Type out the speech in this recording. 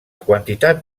quantitat